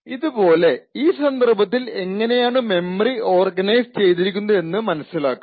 ഇതുപോലെ ഈ സന്ദർഭത്തിൽ എങ്ങനെയാണു മെമ്മറി ഓർഗനൈസ് ചെയ്തിരിക്കുന്നത് എന്ന് മനസ്സിലാക്കാം